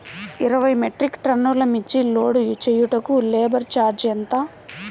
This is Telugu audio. ఇరవై మెట్రిక్ టన్నులు మిర్చి లోడ్ చేయుటకు లేబర్ ఛార్జ్ ఎంత?